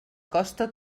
costa